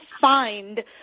find